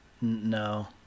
No